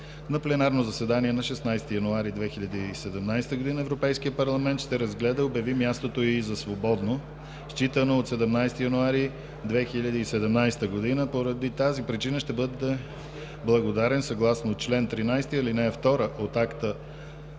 На пленарно заседание на 16 януари 2017 г. Европейският парламент ще разгледа и обяви мястото й за свободно, считано от 17 януари 2017 г., поради тази причина ще бъде благодарен съгласно чл. 13, ал. 2 от Акта